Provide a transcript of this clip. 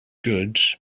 good